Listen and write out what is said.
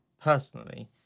personally